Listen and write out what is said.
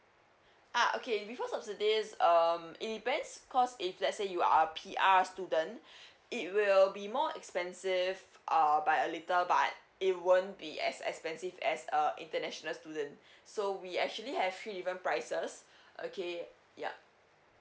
ah okay this um it depends cause if let's say you are P_R student it will be more expensive uh by a little but it won't be as expensive as a international student so we actually have three different prices okay yeah